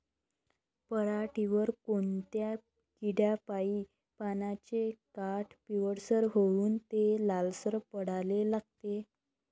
पऱ्हाटीवर कोनत्या किड्यापाई पानाचे काठं पिवळसर होऊन ते लालसर पडाले लागते?